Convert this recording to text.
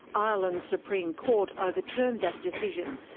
ireland's supreme court ah overturned that decision,